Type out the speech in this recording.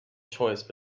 choice